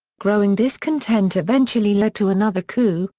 growing discontent eventually led to another coup,